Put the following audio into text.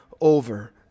over